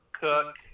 Cook